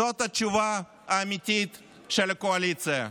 זאת התשובה האמיתית של הקואליציה.